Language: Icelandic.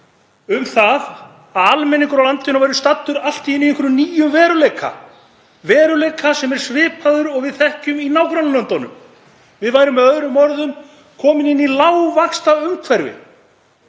um það að almenningur í landinu væri staddur allt í einu í einhverjum nýjum veruleika, veruleika sem er svipaður og við þekkjum í nágrannalöndunum. Við værum með öðrum orðum komin inn í lágvaxtaumhverfi.